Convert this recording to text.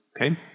okay